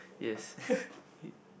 yes